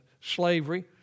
slavery